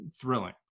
thrilling